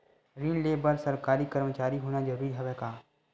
ऋण ले बर सरकारी कर्मचारी होना जरूरी हवय का?